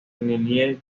nellie